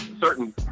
certain